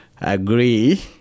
agree